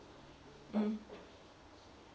mm